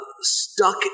stuck